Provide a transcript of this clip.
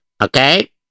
Okay